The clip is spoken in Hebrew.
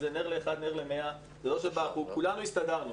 זה "נר לאחד נר למאה" כולנו הסתדרנו.